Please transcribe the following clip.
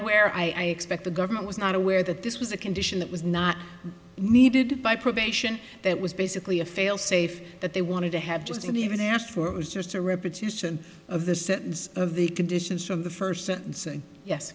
aware i expect the government was not aware that this was a condition that was not needed by probation that was basically a fail safe that they wanted to have just and even they asked for was just a repetition of the sentence of the conditions from the first sentencing yes